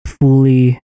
fully